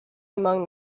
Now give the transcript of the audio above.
among